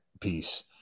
piece